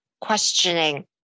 questioning